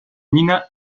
nina